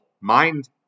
mind